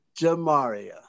Jamaria